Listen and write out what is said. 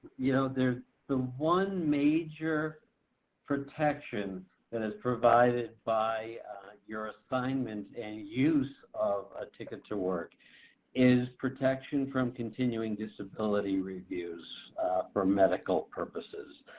you know, there's the one major protection that is provided by your assignment and use of a ticket to work is protection from continuing disability reviews for medical purposes.